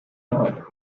noir